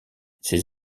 ces